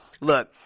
Look